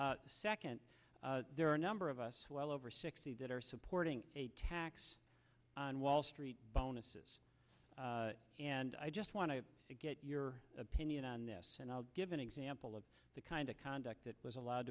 second there are a number of us well over sixty that are supporting a tax on wall street bonuses and i just want to get your opinion on this and i'll give an example of the kind of conduct that was allowed